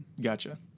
Gotcha